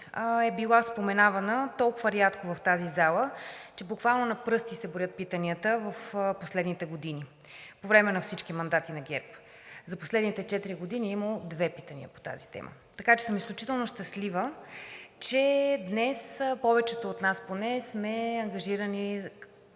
е била споменавана толкова рядко в тази зала, че буквално на пръсти се броят питанията в последните години по време на всички мандати на ГЕРБ. За последните четири години е имало две питания по тази тема, така че съм изключително щастлива, че днес, повечето от нас поне, сме ангажирани